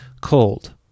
cold